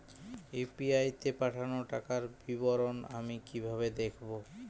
UPI তে পাঠানো টাকার বিবরণ আমি কিভাবে দেখবো?